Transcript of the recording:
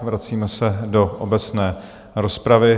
Vracíme se do obecné rozpravy.